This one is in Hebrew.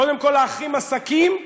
קודם כול החרימו עסקים,